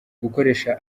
gukoresha